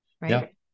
Right